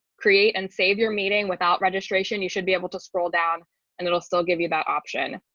create and save your meeting without registration, you should be able to scroll down and it will still give you that option.